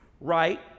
right